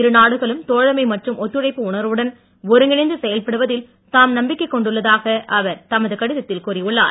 இரு நாடுகளும் தோழமை மற்றும் ஒத்துழைப்பு உணர்வுடன் ஒருங்கிணைந்து செயல்படுவதில் தாம் நம்பிக்கை கொண்டுள்ளதாகவும் அவர் தமது கடிதத்தில் கூறியுள்ளார்